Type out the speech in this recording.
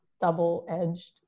double-edged